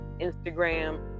Instagram